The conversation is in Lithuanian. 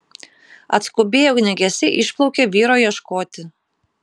atskubėję ugniagesiai išplaukė vyro ieškoti